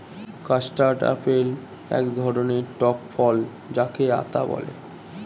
custard apple এক ধরণের টক ফল যাকে আতা বলে